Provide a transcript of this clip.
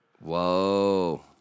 Whoa